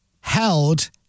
held